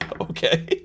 Okay